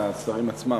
לשרים עצמם,